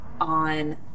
on